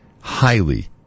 highly